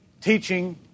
teaching